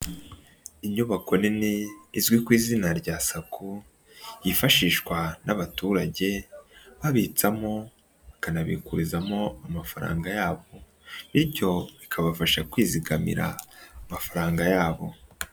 Inyubako nini izwi ku izina rya Sacco, yifashishwa n'abaturage, babitsamo, bakanabikurizamo amafaranga yabo, bityo ikabafasha kwizigamira amafaranga yabo.